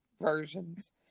versions